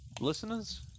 Listeners